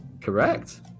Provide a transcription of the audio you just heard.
Correct